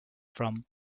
from